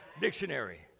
dictionary